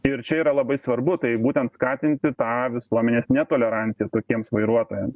ir čia yra labai svarbu tai būtent skatinti tą visuomenės netoleranciją tokiems vairuotojams